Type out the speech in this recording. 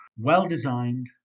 well-designed